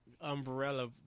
Umbrella